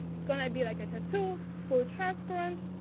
it's going to be like a tattoo, it's full transparent.